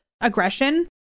aggression